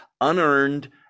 unearned